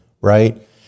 Right